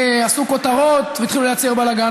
עשו כותרות והתחילו לייצר בלגן.